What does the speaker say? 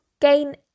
gain